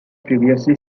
previously